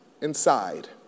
inside